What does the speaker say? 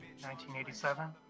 1987